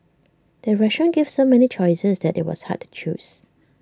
the restaurant gave so many choices that IT was hard to choose